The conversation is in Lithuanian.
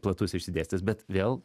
platus išsidėstęs bet vėl